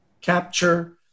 capture